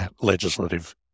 legislative